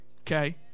Okay